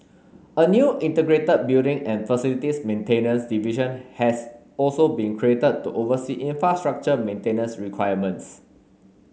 a new integrated building and facilities maintenance division has also been created to oversee infrastructure maintenance requirements